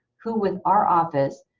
who with our office,